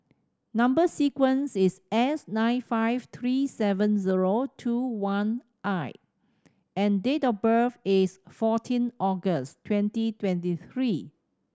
number sequence is S nine five three seven zero two one I and date of birth is fourteen August twenty twenty three